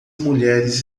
mulheres